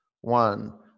One